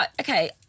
okay